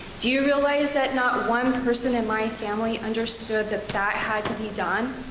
do you realize that not one person in my family understood that that had to be done?